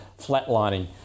flatlining